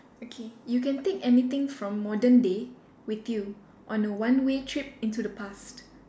okay you can take anything from modern day with you on a one way trip into the past